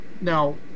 Now